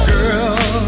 Girl